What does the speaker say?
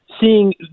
seeing